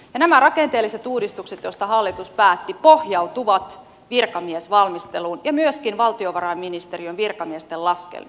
ja nämä rakenteelliset uudistukset joista hallitus päätti pohjautuvat virkamiesvalmisteluun ja myöskin valtiovarainministeriön virkamiesten laskelmiin